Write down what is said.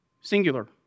singular